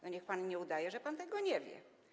Niech pan nie udaje, że pan tego nie wie.